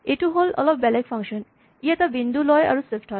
এইটো হ'ল অলপ বেলেগ ফাংচন ই এটা বিন্দু লয় আৰু চিফ্ট হয়